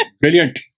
Brilliant